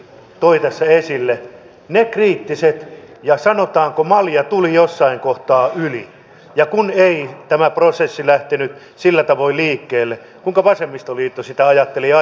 tämä uhka on ollut nähtävissä ja on erittäin tärkeätä että hallitus ja myös toivottavasti eduskunta nyt lisää näitä määrärahoja merkittävällä tavalla